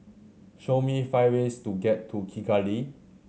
show me five ways to get to Kigali